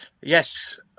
Yes